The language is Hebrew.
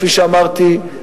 כפי שאמרתי,